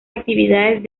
actividades